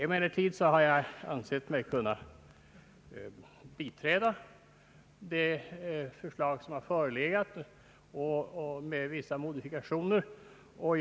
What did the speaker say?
Emellertid har jag ansett mig kunna med vissa modifikationer biträda det förslag som har förelegat.